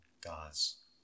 God's